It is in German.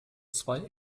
zwei